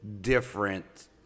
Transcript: different